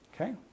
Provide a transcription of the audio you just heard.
okay